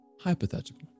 hypothetical